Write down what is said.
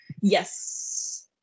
Yes